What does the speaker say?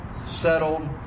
settled